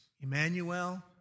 Emmanuel